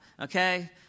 okay